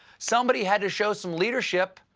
somebody had to show some leadership.